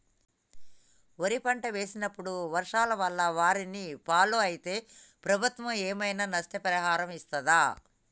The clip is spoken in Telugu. వరి పంట వేసినప్పుడు వర్షాల వల్ల వారిని ఫాలో అయితే ప్రభుత్వం ఏమైనా నష్టపరిహారం ఇస్తదా?